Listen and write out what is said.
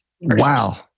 Wow